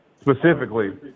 specifically